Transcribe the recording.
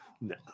No